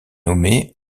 nommé